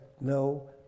no